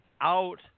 out